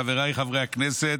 חבריי חברי הכנסת,